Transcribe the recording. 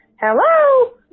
hello